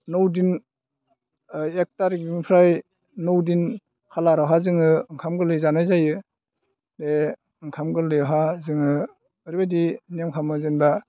नौदिन एक थारिखनिफ्राय नौ दिन खालारावहाय जोङो ओंखाम गोरलै जानाय जायो बे ओंखाम गोरलैयावहाय जोङो ओरैबायदि नियम खालामो जेनेबा